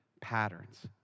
patterns